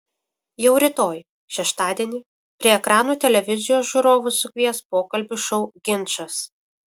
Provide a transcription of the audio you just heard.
jau rytoj šeštadienį prie ekranų televizijos žiūrovus sukvies pokalbių šou ginčas